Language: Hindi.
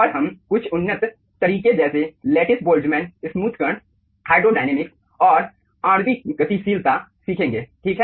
और हम कुछ उन्नत तरीके जैसे लेटिस बोल्ट्जमैन स्मूथ कण हाइड्रोडायनामिक्स और आणविक गतिशीलता सीखेंगे ठीक है